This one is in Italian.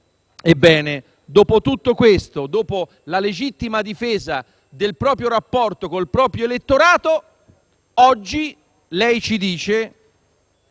Ebbene, dopo tutto questo, dopo la legittima difesa del rapporto con il proprio elettorato, oggi lei ci dice